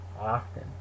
often